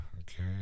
Okay